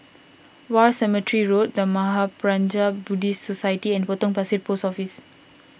War Cemetery Road the Mahaprajna Buddhist Society and Potong Pasir Post Office